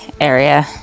area